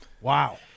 Wow